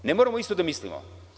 Ne moramo isto da mislimo.